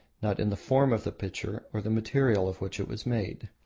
not in the form of the pitcher or the material of which it was made.